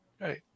right